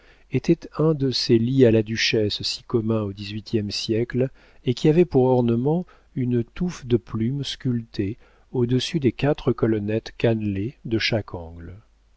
était un de ces lits à la duchesse si communs au dix-huitième siècle et qui avait pour ornements une touffe de plumes sculptée au-dessus des quatre colonnettes cannelées de chaque angle